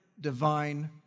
divine